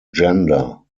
gender